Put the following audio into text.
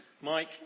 Mike